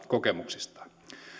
kokemuksistaan